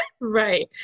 Right